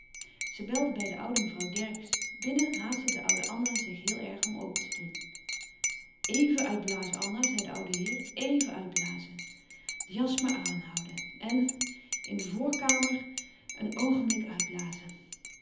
zij belde bij de oude mevrouw dercksz binnen haastte de oude anna zich heel erg om open te doen even uitblazen anna zei de oude heer even uitblazen de jas maar aanhouden en in de voorkamer een oogenblik uitblazen